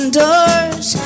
doors